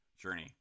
journey